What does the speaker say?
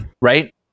right